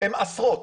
הם עשרות.